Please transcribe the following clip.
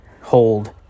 hold